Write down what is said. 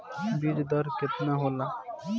बीज दर केतना होला?